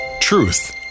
Truth